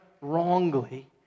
wrongly